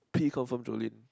P confirm Jolin